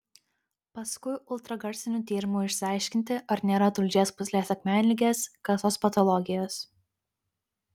paskui ultragarsiniu tyrimu išsiaiškinti ar nėra tulžies pūslės akmenligės kasos patologijos